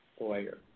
lawyer